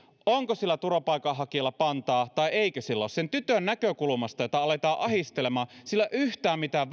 onko sillä turvapaikanhakijalla pantaa vai eikö sillä ole sen tytön näkökulmasta jota aletaan ahdistelemaan sillä ei ole yhtään mitään